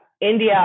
India